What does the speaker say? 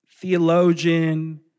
theologian